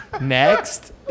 Next